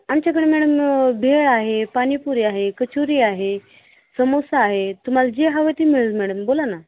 आमच्याकडे मॅडम भेळ आहे पानीपुरी आहे कचुरी आहे समोसा आहे तुम्हाला जे हवं ते मिळेल मॅडम बोला ना